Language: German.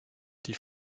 die